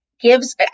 gives